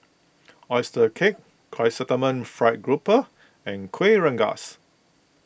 Oyster Cake Chrysanthemum Fried Grouper and Kueh Rengas